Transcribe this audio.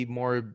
more